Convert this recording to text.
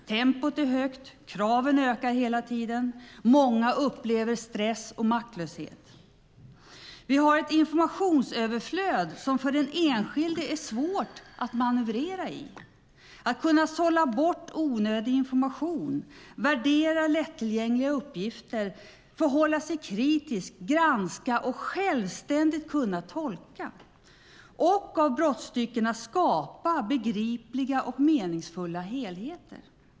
Tempot är högt, och kraven ökar hela tiden. Många upplever stress och maktlöshet. Vi har ett informationsöverflöd som för den enskilde är svårt att manövrera i. Man ska kunna sålla bort onödig information, värdera lättillgängliga uppgifter, förhålla sig kritisk, granska och självständigt kunna tolka och av brottstyckena skapa begripliga och meningsfulla helheter.